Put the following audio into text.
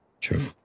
True